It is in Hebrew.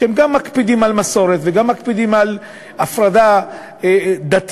שהם גם מקפידים על מסורת וגם מקפידים על הפרדה דתית,